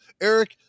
Eric